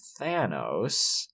Thanos